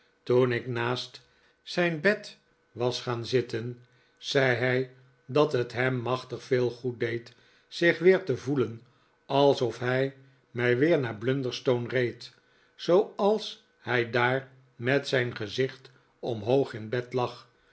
toen ik naast zijn bed was gaan zitten zei hij dat het hem machtig veel goed deed zich weer te voelen alsof hij mij weer naar blunderstone reed zooals hij daar met zijn gezicht omhoog in bed lag